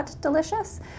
delicious